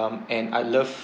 um and I love